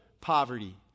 poverty